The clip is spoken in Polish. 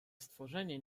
stworzenie